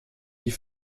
die